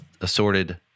assorted